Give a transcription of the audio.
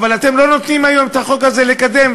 אבל אתם לא נותנים היום את החוק הזה לקדם,